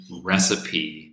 recipe